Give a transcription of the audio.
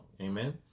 Amen